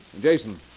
Jason